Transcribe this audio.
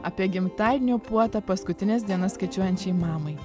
apie gimtadienio puotą paskutines dienas skaičiuojančiai mamai